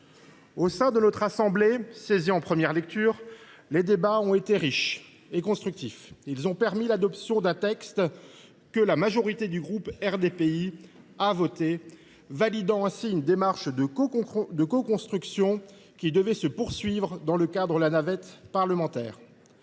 Au sein de notre assemblée, saisie en première lecture, les débats ont été riches et constructifs. Ils ont permis l’adoption d’un texte que la majorité du groupe RDPI a voté, validant ainsi une démarche de coconstruction qui devait se poursuivre dans le cadre de la navette parlementaire.